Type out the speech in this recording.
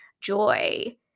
joy